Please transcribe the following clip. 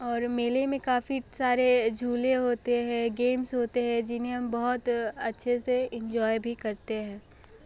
और मेले में काफ़ी सारे झूले होते हैं गेम्स होते हैं जिन्हें हम बहुत अच्छे से इंजॉय भी करते हैं